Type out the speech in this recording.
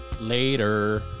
later